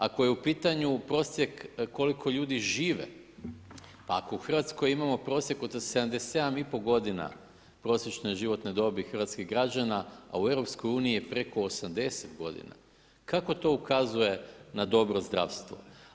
Ako je u pitanju prosjek koliko ljudi žive, ako u Hrvatskoj imamo prosjek od 77,5 godina prosječne životne dobi hrvatskih građana a u EU je preko 80 godina kako to ukazuje na dobro zdravstvo?